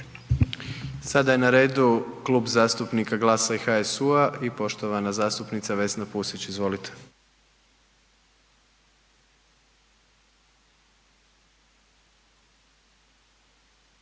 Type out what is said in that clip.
Sada je na redu Klub zastupnika GLAS-a i HSU-a i poštovana zastupnica Vesna Pusić, izvolite.